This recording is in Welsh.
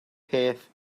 peth